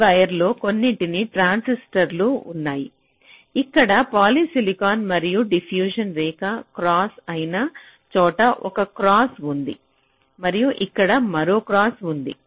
ఈ వైర్లలో కొన్నింటిలో ట్రాన్సిస్టర్లు ఉన్నాయి ఇక్కడ పాలిసిలికాన్ మరియు డిఫ్యూషన్ రేఖ క్రాస్ అయిన చోట ఒక క్రాస్ ఉంది మరియు ఇక్కడ మరొక క్రాస్ ఉంది